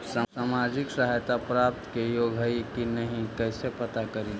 सामाजिक सहायता प्राप्त के योग्य हई कि नहीं कैसे पता करी?